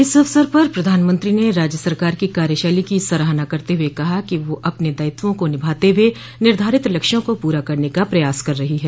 इस अवसर पर प्रधानमंत्री ने राज्य सरकार की कार्यशैली की सराहना करते हुए कहा कि वह अपने दायित्वों को निभाते हुए निर्धारित लक्ष्यों को पूरा करने का प्रयास कर रही है